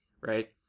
right